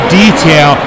detail